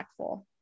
impactful